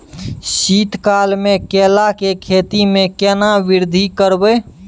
शीत काल मे केला के खेती में केना वृद्धि करबै?